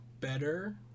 better